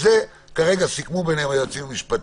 כרגע סיכמו ביניהם היועצים המשפטיים,